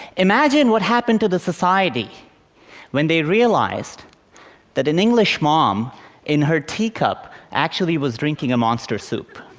imagine what happened to the society when they realized that an english mom in her teacup actually was drinking a monster soup,